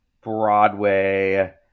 Broadway